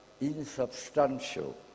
insubstantial